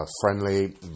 friendly